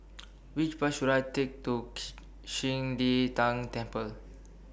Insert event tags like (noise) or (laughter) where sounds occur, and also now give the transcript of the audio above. Which Bus should I Take to (noise) Qing De Tang Temple